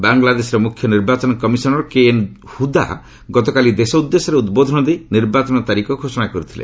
ବାଂଲାଦେଶର ମୁଖ୍ୟ ନିର୍ବାଚନ କମିଶନର୍ କେଏନ୍ ହୁଦା ଗତକାଲି ଦେଶ ଉଦ୍ଦେଶ୍ୟରେ ଉଦ୍ବୋଧନ ଦେଇ ନିର୍ବାଚନ ତାରିଖ ଘୋଷଣା କରିଥିଲେ